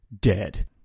dead